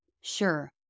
Sure